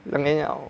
两年了